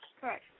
Correct